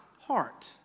heart